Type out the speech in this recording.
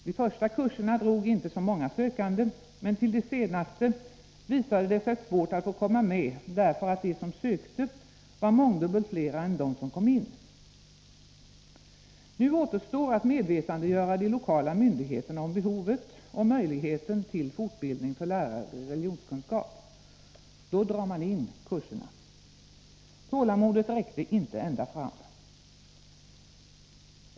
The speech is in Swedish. De första kurserna drog inte så många sökande, men till de senaste visade det sig svårt = Om religionsläraratt få komma med, därför att de som sökte var mångdubbelt fler än de som — nas behov avfort kom in. Nu återstår att medvetandegöra de lokala myndigheterna om bildning behovet av möjligheten till fortbildning för lärare i religionskunskap. Men då drar man in kurserna. Tålamodet räckte inte ända fram.